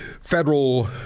federal